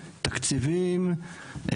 תקציבים,